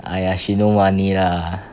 !aiya! she no money lah